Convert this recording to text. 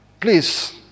please